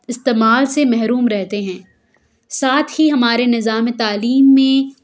استعمال سے محروم رہتے ہیں ساتھ ہی ہمارے نظام تعلیم میں